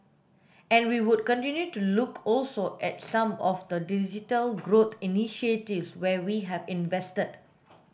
and we would continue to look also at some of the digital growth initiatives where we have invested